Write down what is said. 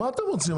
מה אתם רוצים?